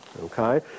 Okay